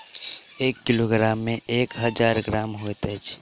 एक किलोग्राम मे एक हजार ग्राम होइत अछि